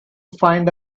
find